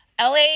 LA